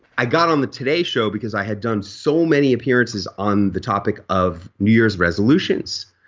i got on the today show because i had done so many appearances on the topic of new year's resolutions.